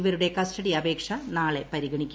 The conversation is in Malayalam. ഇവരുടെ കസ്റ്റഡി അപേക്ഷ നാളെ പരിഗണിക്കും